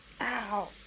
ow